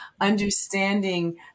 Understanding